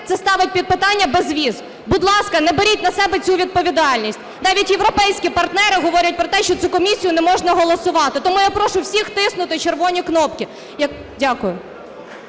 це ставить під питання безвіз. Будь ласка, не беріть на себе цю відповідальність. Навіть європейські партнери говорять про те, що цю комісію не можна голосувати. Тому я прошу усіх тиснути червоні кнопки. Дякую.